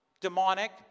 demonic